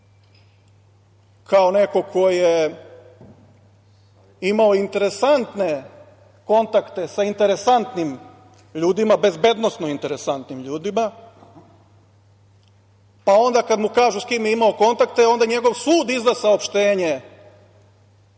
kao neko ko je imao interesantne kontakte sa interesantnim ljudima, bezbednosno interesantnim ljudima, pa onda kada mu kažu s kime je imao kontakte, onda njegov sud izda saopštenje